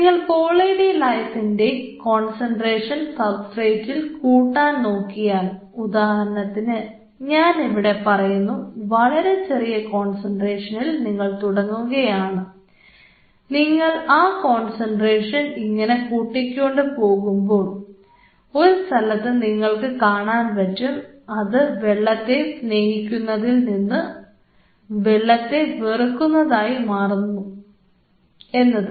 നിങ്ങൾ poly D ലൈസിന്റെ concentration സബ്സ്ട്രേറ്റിൽ കൂട്ടാൻ നോക്കിയാൽ ഉദാഹരണത്തിന് ഞാൻ ഇവിടെ പറയുന്നു വളരെ ചെറിയ കോൺസെൻട്രേഷനിൽ നിങ്ങൾ തുടങ്ങുകയാണ് നിങ്ങൾ ആ കോൺസെൻട്രേഷൻ ഇങ്ങനെ കൂട്ടിക്കൊണ്ടു പോകുമ്പോൾ ഒരു സ്ഥലത്ത് നിങ്ങൾക്ക് കാണാൻ പറ്റും ഇത് വെള്ളത്തെ സ്നേഹിക്കുന്നതിൽ നിന്ന് വെള്ളത്തെ വെറുക്കുന്നതായി മാറുന്നു എന്നത്